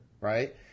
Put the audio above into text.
Right